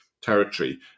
territory